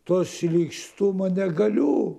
to šlykštumo negaliu